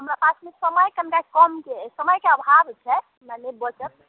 हमर पासमे समय कनिटा कम छै समयके अभाव छै हमरा नहि बचत